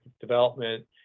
Development